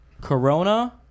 Corona